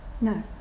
No